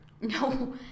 No